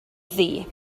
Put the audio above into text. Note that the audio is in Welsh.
ddu